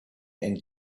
and